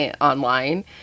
online